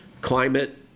climate